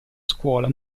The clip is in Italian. scuola